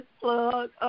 plug